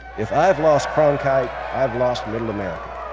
if i've lost cronkite, i've lost middle america.